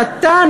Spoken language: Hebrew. ואתה,